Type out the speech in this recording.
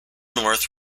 north